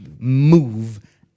move